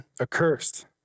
accursed